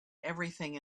everything